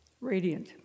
Radiant